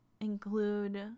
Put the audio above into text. include